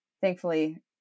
thankfully